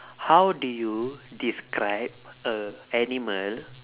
how do you describe a animal